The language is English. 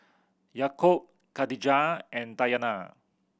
Yaakob Khadija and Dayana